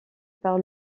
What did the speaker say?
par